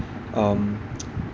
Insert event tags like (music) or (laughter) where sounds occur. um (noise)